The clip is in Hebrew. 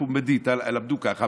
בפומבדיתא למדו ככה,